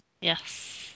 Yes